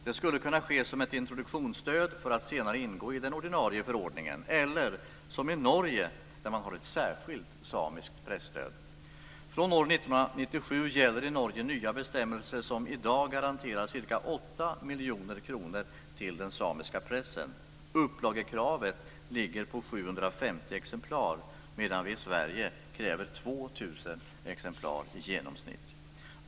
Det skulle kunna ske som ett introduktionsstöd för att senare ingå i den ordinarie förordningen, eller som i Norge, där man har ett särskilt samiskt presstöd. Från år 1997 gäller i Norge nya bestämmelser som i dag garanterar ca 8 miljoner kronor till den samiska pressen. Upplagekravet ligger på 750 exemplar, medan vi i Sverige kräver 2 000 exemplar i genomsnitt.